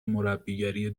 مربیگری